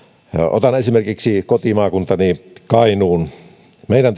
otan esimerkiksi kotimaakuntani kainuun meidän